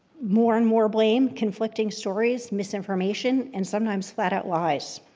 more and more blame, conflicting stories, misinformation, and sometimes flat-out lies.